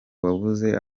wabuze